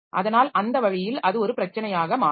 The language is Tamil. அதனால் அந்த வழியில் அது ஒரு பிரச்சனையாக மாறும்